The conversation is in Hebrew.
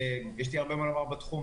יש לי הרבה מה לומר בתחום.